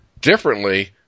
differently